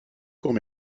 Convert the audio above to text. court